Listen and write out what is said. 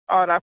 और आप